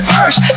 First